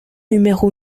numéro